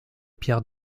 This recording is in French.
pierres